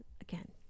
again